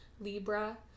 Libra